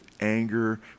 anger